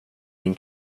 din